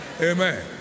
Amen